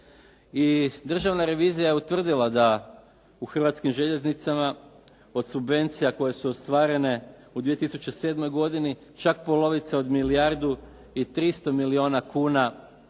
Državna revizija je utvrdila da u Hrvatskim željeznicama od subvencija koje su ostvarene u 2007. godini čak polovica od milijardu i 300 milijuna kuna